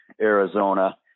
Arizona